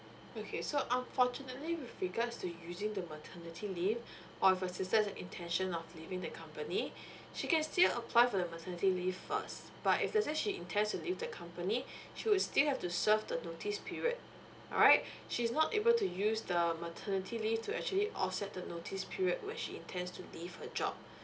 okay so unfortunately with regards to using the maternity leave or if your sister's intention of leaving the company she can still apply for the maternity leave first but if let's say she intends to leave the company she would still have to serve the notice period alright she's not able to use the maternity leave to actually offset the notice period which she intend to leave her job